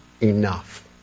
enough